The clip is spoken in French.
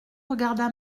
regarda